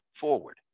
forward